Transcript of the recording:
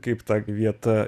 kaip ta vieta